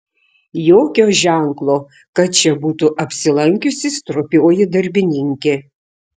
jokio ženklo kad čia būtų apsilankiusi stropioji darbininkė